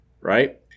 right